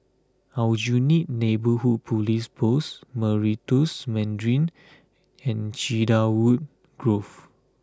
Aljunied Neighbourhood Police Post Meritus Mandarin and Cedarwood Grove